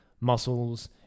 muscles